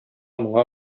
моңа